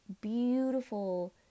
beautiful